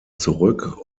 zurück